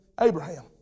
Abraham